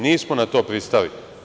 Nismo na to pristali.